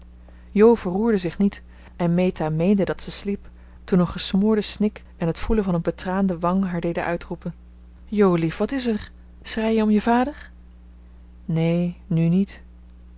jo verroerde zich niet en meta meende dat ze sliep toen een gesmoorde snik en het voelen van een betraande wang haar deden uitroepen jolief wat is er schrei je om je vader neen nu niet